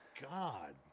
God